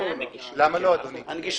אני חושב